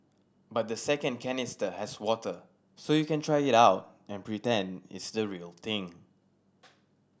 but the second canister has water so you can try it out and pretend it's the real thing